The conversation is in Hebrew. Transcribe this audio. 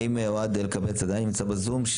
האם אוהד אלקבץ עדיין נמצא בזום?